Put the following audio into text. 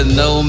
no